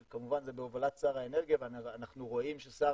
כמובן זה בהובלת שר האנרגיה ואנחנו רואים ששר